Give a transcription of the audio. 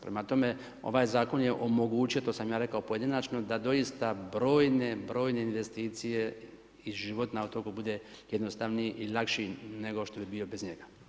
Prema tome, ovaj Zakon je omogućio, to sam ja rekao pojedinačno, da doista brojne, brojne investicije i život na otoku bude jednostavniji i lakši, nego što bi bio bez njega.